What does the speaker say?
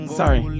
sorry